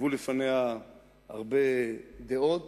הובאו בפניה הרבה דעות